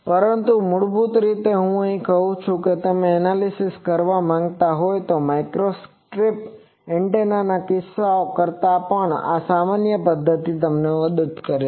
પરંતુ મૂળભૂત રીતે હું કહું છું કે જો તમે એનાલિસીસ કરવા માંગતા હોવ તો માઇક્રોસ્ટ્રિપ એન્ટેનાના કિસ્સાઓમાં પણ આ સામાન્ય પદ્ધતિ તમને મદદ કરે છે